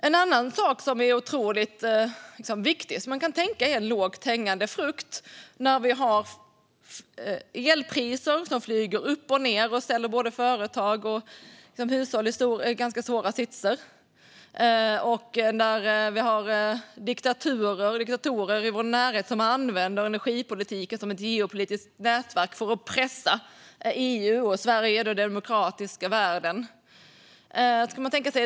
En annan sak som är otroligt viktig, och som kan tänkas som en lågt hängande frukt, är elpriser som flyger upp och ned och sätter företag och hushåll i en svår sits. Diktatorer i diktaturer i vår närhet använder energipolitik som ett geopolitiskt nätverk för att pressa EU, Sverige och den demokratiska världen.